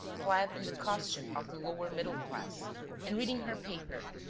clad in the costume of the lower middle-class and reading her paper,